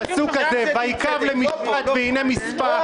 "ויקו למשפט והנה משפח",